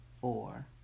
four